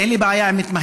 אין לי בעיה עם מתמחים,